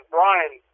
Brian